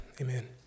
Amen